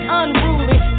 unruly